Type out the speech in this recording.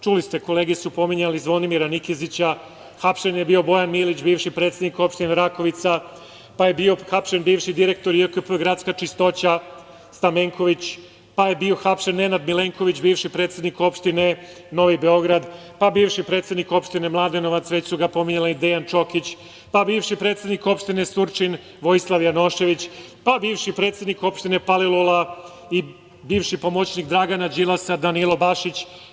Čuli ste, kolege su pominjali Zvonimira Nikezića, hapšen je bio Bojan Milić, bivši predsednik Opštine Rakovica, pa je bio hapšen bivši direktor JKP „Gradska čistoća“ Stamenković, pa je bio hapšen Nenad Milenković, bivši predsednik Opštine Novi Beograd, pa bivši predsednik Opštine Mladenovac, već su ga pominjali Dejan Čokić, pa bivši predsednik Opštine Surčin Vojislav Janošević, pa bivši predsednik Opštine Palilula i bivši pomoćnik Dragana Đilasa Danilo Bašić.